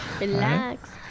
Relax